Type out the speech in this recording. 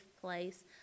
place